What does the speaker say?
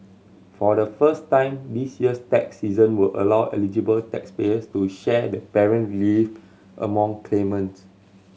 for the first time this year's tax season will allow eligible taxpayers to share the parent relief among claimants